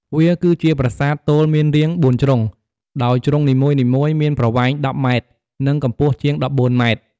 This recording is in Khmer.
វាគឺជាប្រាសាទទោលមានរាង៤ជ្រុង ដោយជ្រុងនីមួយៗមានប្រវែង ១០ម៉ែត្រ និងកម្ពស់ជាង១៤ម៉ែត្រ។